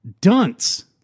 dunce